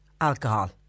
alcohol